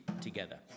together